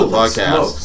podcast